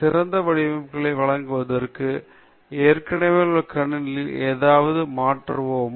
சிறந்த முடிவுகளை வழங்குவதற்கு ஏற்கனவே உள்ள கணினியில் ஏதாவது மாற்றுவோமா